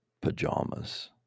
pajamas